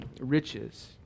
riches